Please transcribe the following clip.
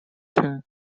and